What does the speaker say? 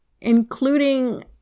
including